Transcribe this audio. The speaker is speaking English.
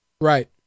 Right